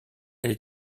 elle